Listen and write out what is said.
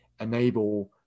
enable